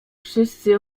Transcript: wszyscy